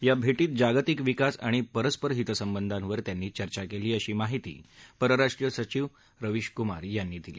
या भेटीत जागतिक विकास आणि परस्पर हितसंबंधांवर त्यांनी चर्चा केली अशी माहिती परराष्ट्रीय सचिव रवीश कुमार यांनी दिली